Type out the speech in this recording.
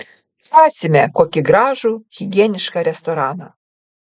rasime kokį gražų higienišką restoraną